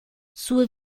sua